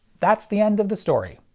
that's the end of the story.